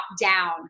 down